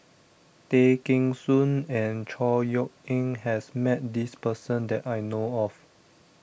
Tay Kheng Soon and Chor Yeok Eng has met this person that I know of